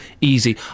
easy